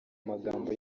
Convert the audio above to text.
magambo